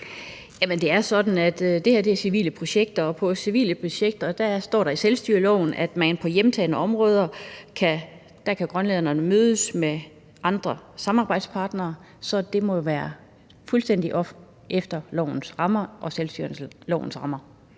det er sådan, at det her er civile projekter, og om civile projekter står der i selvstyreloven, at på hjemtagne områder kan grønlænderne mødes med andre samarbejdspartnere. Så det må jo være fuldstændig inden for lovens rammer og selvstyrelovens rammer.